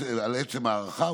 על עצם ההארכה.